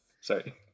Sorry